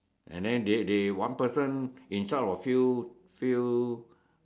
and then they they one person in charge of few few